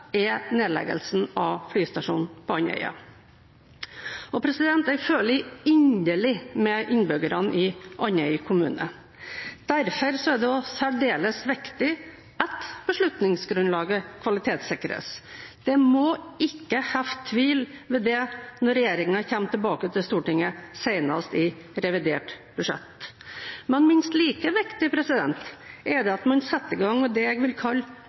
er nedleggelsen av flystasjonen på Andøya. Jeg føler inderlig med innbyggerne i Andøy kommune. Derfor er det også særdeles viktig at beslutningsgrunnlaget kvalitetssikres. Det må ikke hefte tvil ved det når regjeringen kommer tilbake til Stortinget senest i revidert budsjett. Minst like viktig er det at man setter i gang med det jeg vil kalle